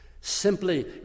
Simply